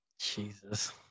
Jesus